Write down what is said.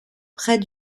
près